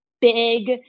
big